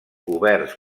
oberts